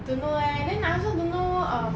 don't know leh then I also don't know um